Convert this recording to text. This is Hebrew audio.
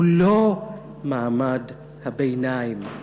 הוא לא מעמד הביניים.